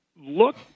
look